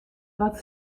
wat